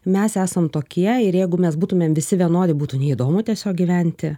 mes esam tokie ir jeigu mes būtumėm visi vienodi būtų neįdomu tiesiog gyventi